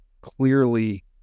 clearly